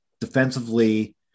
defensively